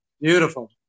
Beautiful